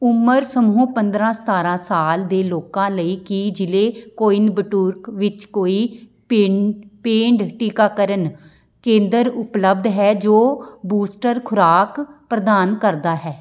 ਉਮਰ ਸਮੂਹ ਪੰਦਰਾਂ ਸਤਾਰਾਂ ਸਾਲ ਦੇ ਲੋਕਾਂ ਲਈ ਕੀ ਜ਼ਿਲ੍ਹੇ ਕੋਇੰਬਟੂਰ ਵਿੱਚ ਕੋਈ ਪਿੰਡ ਪੇਂਡ ਟੀਕਾਕਰਨ ਕੇਂਦਰ ਉਪਲਬਧ ਹੈ ਜੋ ਬੂਸਟਰ ਖੁਰਾਕ ਪ੍ਰਦਾਨ ਕਰਦਾ ਹੈ